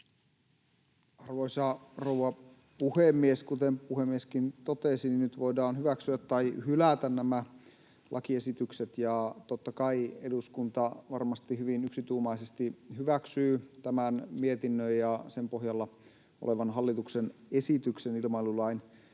Arvoisa rouva puhemies! Kuten puhemieskin totesi, nyt voidaan hyväksyä tai hylätä nämä lakiesitykset, ja totta kai eduskunta varmasti hyvin yksituumaisesti hyväksyy tämän mietinnön ja sen pohjalla olevan hallituksen esityksen ilmailulain